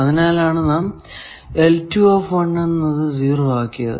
അതിനാലാണ് നാം എന്നത് 0 ആക്കിയത്